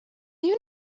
you